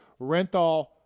Renthal